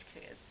kids